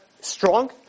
strong